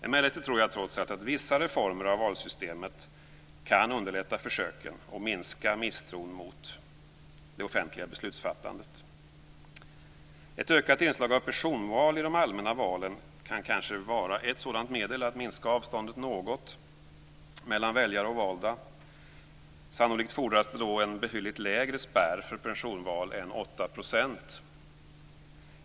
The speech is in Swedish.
Emellertid tror jag trots allt att vissa reformer av valsystemet kan underlätta försöken och minska misstron mot det offentliga beslutsfattandet. Ett ökat inslag av personval i de allmänna valen kan kanske vara ett sådant medel att minska avståndet något mellan väljare och valda. Sannolikt fordras det då en betydligt lägre spärr för personval än 8 %.